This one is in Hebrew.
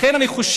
לכן, אני חושב